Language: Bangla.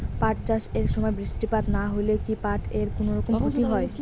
পাট চাষ এর সময় বৃষ্টিপাত না হইলে কি পাট এর কুনোরকম ক্ষতি হয়?